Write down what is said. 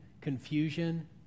confusion